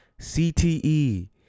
CTE